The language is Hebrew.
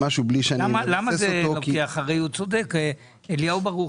הרי הוא צודק אליהו ברוכי,